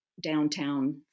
downtown